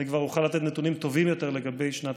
אני כבר אוכל לתת נתונים טובים יותר לגבי שנת